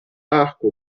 arco